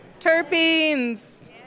Terpenes